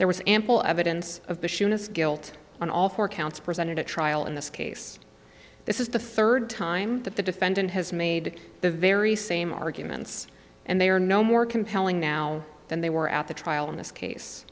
there was ample evidence of guilt on all four counts presented at trial in this case this is the third time that the defendant has made the very same arguments and they are no more compelling now than they were at the trial in this case